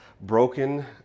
broken